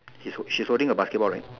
he is hold she is holding a basketball right